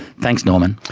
thanks norman.